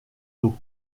d’eau